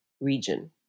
region